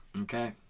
Okay